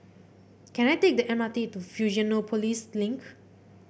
can I take the M R T to Fusionopolis Link